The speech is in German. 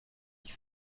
ich